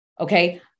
Okay